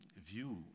view